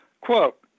Quote